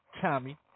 Tommy